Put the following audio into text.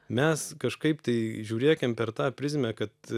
mes kažkaip tai žiūrėkim per tą prizmę kad